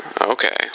okay